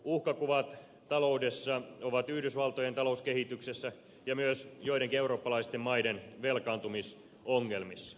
suurimmat uhkakuvat taloudessa ovat yhdysvaltojen talouskehityksessä ja myös joidenkin eurooppalaisten maiden velkaantumisongelmissa